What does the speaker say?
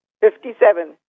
Fifty-seven